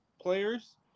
players